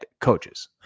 coaches